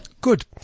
Good